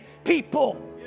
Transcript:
people